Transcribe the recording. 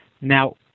Now